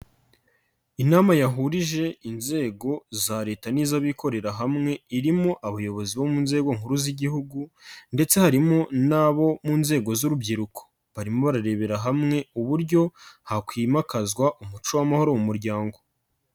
Inama yahurije inzego za leta n'iz'abikorera hamwe, irimo abayobozi bo mu nzego nkuru z'igihugu ndetse harimo n'abo mu nzego z'urubyiruko. Barimo bararebera hamwe uburyo hakwimakazwa umuco w'amahoro mu muryango.